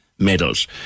medals